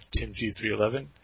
TimG311